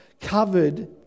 covered